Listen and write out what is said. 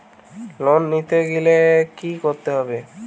Loan নিতে গেলে কি করতে হবে?